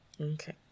Okay